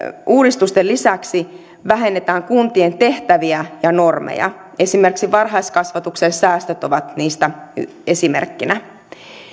uudistusten lisäksi vähennetään kuntien tehtäviä ja normeja esimerkiksi varhaiskasvatuksen säästöt ovat niistä esimerkkinä